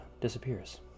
disappears